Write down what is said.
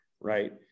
right